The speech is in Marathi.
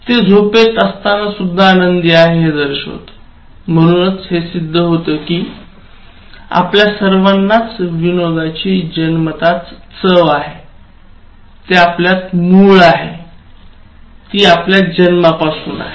ते झोपेत असताना सुद्धा आनंदी आहे हे दर्शवते म्हणूनच हे सिद्ध होते की आपल्या सर्वांनाच विनोदाची जन्मजात चव आहे ते आपल्यात मूळ आहे ती आपल्यात जन्मापासूनच आहे